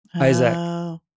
Isaac